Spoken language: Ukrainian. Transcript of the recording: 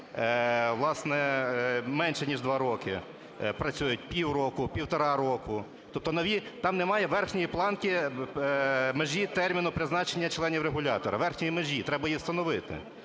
власне, менше ніж 2 роки, працюють півроку, півтора року. Тобто там немає верхньої планки, межі терміну призначення членів регулятора, верхньої межі, треба її встановити.